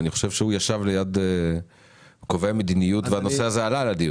אני חושב שהוא ישב ליד קובעי המדיניות והנושא הזה עלה לדיון.